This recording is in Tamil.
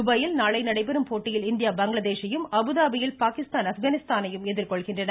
துபாயில் நாளை நடைபெறும் போட்டியில் இந்தியா பங்களாதேஷையும் அபுதாபியில் பாகிஸ்தான் ஆப்கானிஸ்தானையும் எதிர்கொள்கின்றன